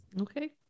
Okay